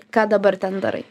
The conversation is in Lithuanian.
ką dabar ten darai